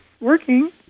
working